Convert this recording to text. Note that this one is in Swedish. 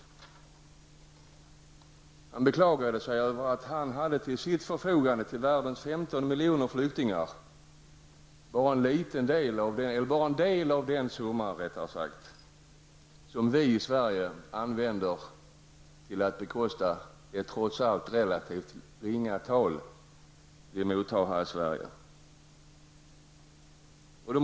Jag välkomnar ett svenskt medlemskap i EG.